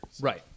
Right